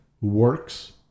works